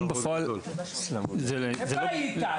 ינון, איפה היית?